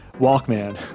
Walkman